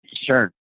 Sure